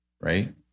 right